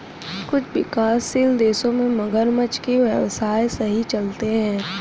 कुछ विकासशील देशों में मगरमच्छ के व्यवसाय सही चलते हैं